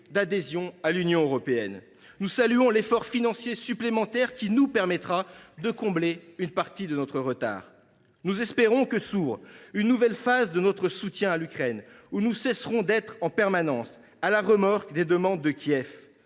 d’adhésion à l’Union européenne. Nous saluons également l’effort financier supplémentaire qui nous permettra de combler une partie de notre retard. Nous espérons que s’ouvre une nouvelle phase de notre soutien à l’Ukraine, durant laquelle nous cesserons d’être en permanence à la remorque des demandes de Kiev.